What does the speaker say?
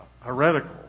heretical